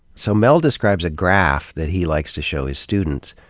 so mel describes a graph that he likes to show his students,